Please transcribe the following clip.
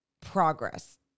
progress